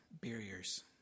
barriers